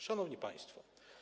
Szanowni Państwo!